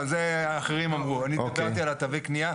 את זה האחרים אמרו; אני דיברתי על תווי הקניה.